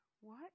What